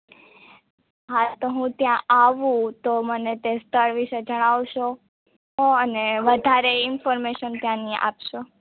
હા તો હું ત્યાં આવું તો મને તે સ્થળ વિષે જણાવશો અને વધારે ઇન્ફોર્મેશન ત્યાંની આપશો